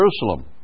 Jerusalem